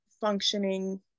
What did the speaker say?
functioning